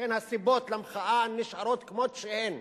ולכן הסיבות למחאה נשארות כמו שהן.